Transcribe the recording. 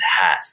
hat